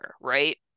right